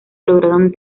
lograron